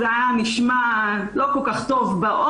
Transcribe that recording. וזה היה נשמע לא כל כך טוב באוזן.